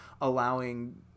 allowing